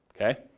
okay